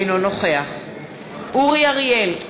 אינו נוכח אורי אריאל,